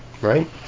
right